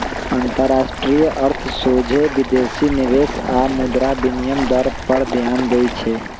अंतरराष्ट्रीय अर्थ सोझे विदेशी निवेश आऽ मुद्रा विनिमय दर पर ध्यान देइ छै